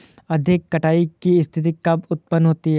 अधिक कटाई की स्थिति कब उतपन्न होती है?